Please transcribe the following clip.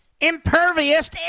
impervious